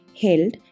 held